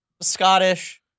Scottish